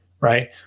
right